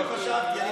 עוד לא חשבתי.